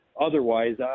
otherwise